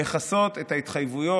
לכסות את ההתחייבויות.